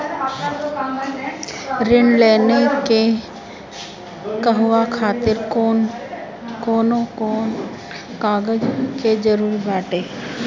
ऋण लेने के कहवा खातिर कौन कोन कागज के जररूत बाटे?